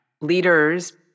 leaders